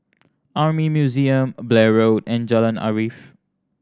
Army Museum Blair Road and Jalan Arif